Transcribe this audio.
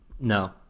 No